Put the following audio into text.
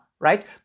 right